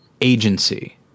agency